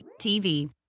TV